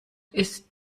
ist